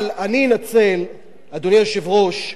אדוני היושב-ראש,